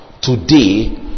today